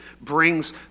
brings